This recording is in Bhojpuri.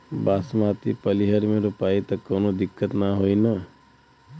बासमती पलिहर में रोपाई त कवनो दिक्कत ना होई न?